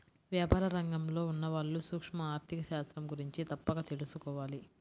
వ్యాపార రంగంలో ఉన్నవాళ్ళు సూక్ష్మ ఆర్ధిక శాస్త్రం గురించి తప్పక తెలుసుకోవాలి